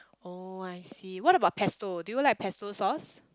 oh I see what about pesto do you like pesto sauce